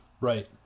Right